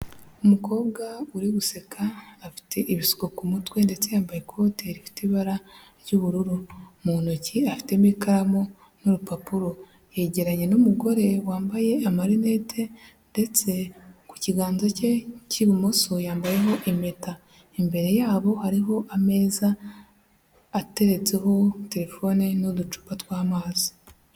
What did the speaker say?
Umukobwa uri guseka, afite ibisuko ku mutwe ndetse yambaye ikote rifite ibara ry'ubururu. Mu ntoki afitemo ikaramu n'urupapuro. Yegeranye n'umugore wambaye amarinete ndetse ku kiganza cye cy'ibumoso yambayeho impeta. Imbere yabo hariho ameza ateretseho terefone n'uducupa tw'amazi.